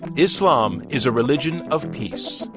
islam is a religion of peace.